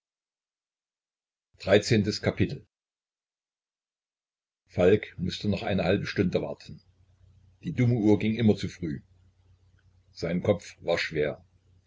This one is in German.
falk mußte noch eine halbe stunde warten die dumme uhr ging immer zu früh sein kopf war schwer